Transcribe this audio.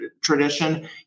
tradition